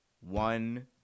One